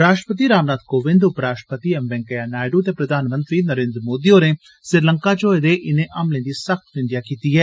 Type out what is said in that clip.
राष्ट्रपति रामनाथ कोविंद उप राष्ट्रपति एम वैंकेइया नायडू ते प्रधानमंत्री नरेन्द्र मोदी होरें श्रीलंका च होए दे इने हमलें दी सख्त निंदेया कीती ऐ